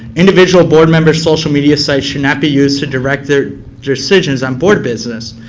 individual board members social media sites should not be used to direct their decisions on board business.